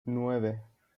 nueve